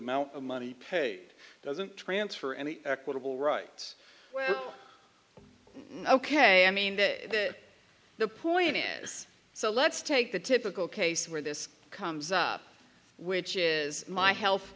amount of money paid doesn't transfer any equitable rights ok i mean that the point is so let's take the typical case where this comes up which is my health